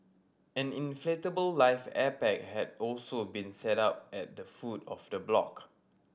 an inflatable life air pack had also been set up at the foot of the block